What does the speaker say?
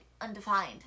undefined